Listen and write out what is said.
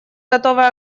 готова